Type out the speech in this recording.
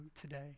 today